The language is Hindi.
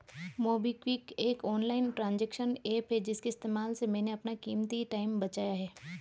मोबिक्विक एक ऑनलाइन ट्रांजेक्शन एप्प है इसके इस्तेमाल से मैंने अपना कीमती टाइम बचाया है